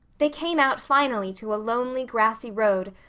they came out finally to a lonely, grassy road,